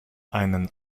einen